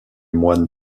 moines